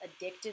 addictive